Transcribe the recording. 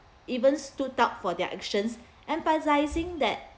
even stood out for their actions emphasising that